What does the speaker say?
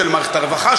של מערכת הרווחה,